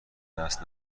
دست